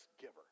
giver